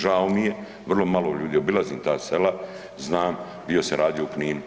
Žao mi je, vrlo malo ljudi, obilazim ta sela, znam bio sam radio u Kninu.